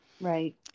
Right